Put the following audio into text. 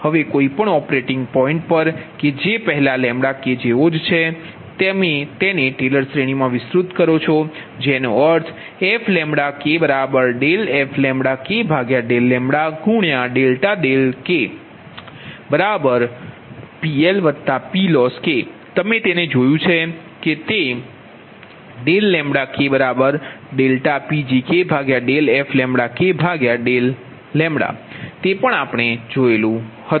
હવે કોઈપણ operating point પર કે જે પહેલાં λK જેવો જ છે તમે તેને ટેલર શ્રેણીમાં વિસ્તૃત કરો છો જેનો અર્થ fλK∂fλK ∂λ∆λKPLPLoss અને તમે જોયું છે કે ∆λK∆Pg∂fλK ∂λતે પણ આપણે જોયું છે